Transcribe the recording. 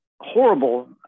horrible